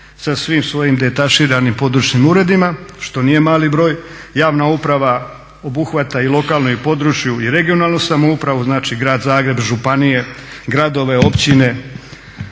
sa svim svojim detaširanim područnim uredima što nije mali broj. Javna uprava obuhvaća i lokalnu i područnu i regionalnu samoupravu, znači grad Zagreb, županije, gradove, općine.